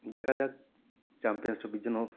দেখা যাক চ্যাম্পিয়ন্স ট্রফির জন্য